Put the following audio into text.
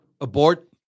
Abort